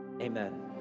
Amen